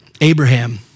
Abraham